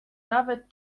nawet